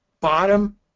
bottom